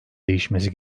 değişmesi